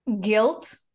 guilt